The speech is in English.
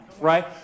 right